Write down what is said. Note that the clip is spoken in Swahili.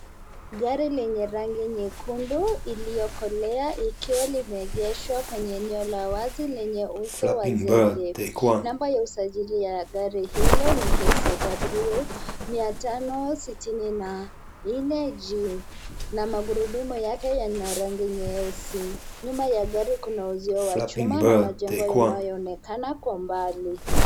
Gari lenye rangi nyekundu iliyokole likiwa limeegeshwa kwenye eneo la wazi lenye uso wa zege. Namba ya usajili ya gari hilo ni KCW 564 G na magurudumu yake yana rangi nyeusi. Nyuma ya gari kuna uzio wa chuma na majengo yanayoonekana kwa mbali.